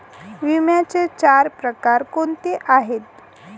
विम्याचे चार प्रकार कोणते आहेत?